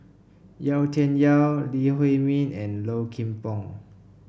Yau Tian Yau Lee Huei Min and Low Kim Pong